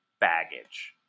baggage